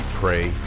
pray